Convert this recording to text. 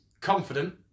confident